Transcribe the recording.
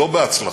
לא בהצלחה,